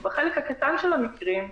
בחלק הקטן של המקרים,